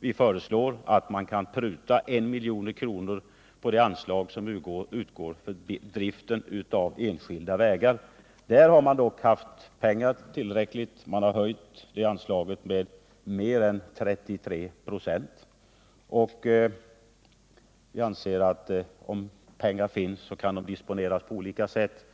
Vi föreslår en prutning av 1 milj.kr. på det anslag som nu utgår till driften av enskilda vägar. Man har höjt detta anslag med mer än 33 26. Om pengar finns, kan de disponeras på olika sätt.